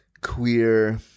queer